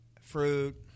fruit